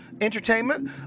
entertainment